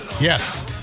yes